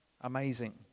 amazing